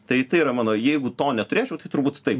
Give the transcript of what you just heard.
tai tai yra mano jeigu to neturėčiau tai turbūt taip